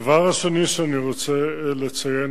הדבר השני שאני רוצה לציין,